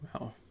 wow